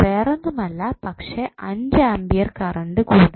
അത് വേറൊന്നുമല്ല പക്ഷെ 5 ആംപിയർ കറണ്ട്